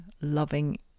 loving